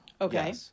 Okay